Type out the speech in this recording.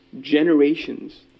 generations